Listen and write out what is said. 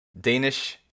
Danish